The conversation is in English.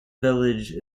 village